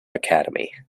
academy